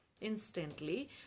instantly